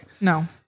No